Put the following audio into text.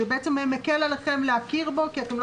זה בעצם מקל עליכם להכיר בו כי אתם לא